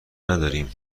نداریم